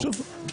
שוב,